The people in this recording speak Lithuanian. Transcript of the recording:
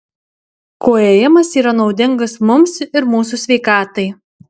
kuo ėjimas yra naudingas mums ir mūsų sveikatai